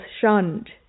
shunned